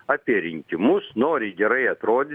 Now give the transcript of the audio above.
apie rinkimus nori gerai atrody